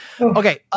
Okay